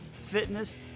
fitness